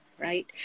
right